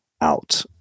out